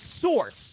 source